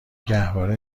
گهواره